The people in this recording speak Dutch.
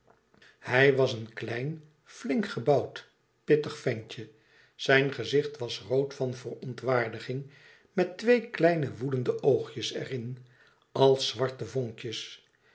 hij was een klein flink gebouwd pittig ventje zijn gezicht was rood van verontwaardigiug met twee kleine woedende oogjes er in als zwarte vonkjes